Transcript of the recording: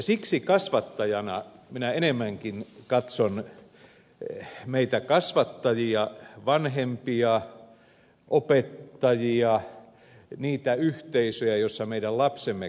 siksi kasvattajana minä enemmänkin katson meitä kasvattajia vanhempia opettajia niitä yhteisöjä joissa meidän lapsemme kasvavat